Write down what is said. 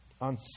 on